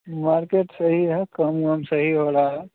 market सही है काम वाम सही हो रहा है